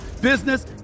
business